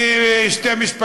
אני אגיד רק שני משפטים,